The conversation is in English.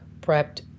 prepped